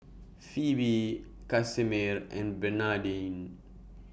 Pheobe Casimir and Bernardine